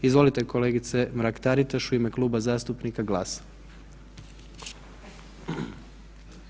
Izvolite kolegice Mrak Taritaš u ime Kluba zastupnika GLAS-a.